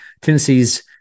Tennessee's